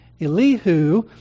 Elihu